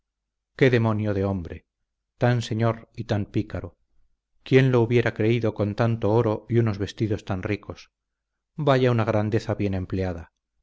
qué demonio de hombre tan señor y tan pícaro quién lo hubiera creído con tanto oro y unos vestidos tan ricos vaya una grandeza bien empleada